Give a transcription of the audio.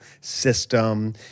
system